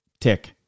tick